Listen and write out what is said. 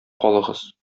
калыгыз